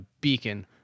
beacon